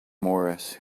morris